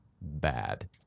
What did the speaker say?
bad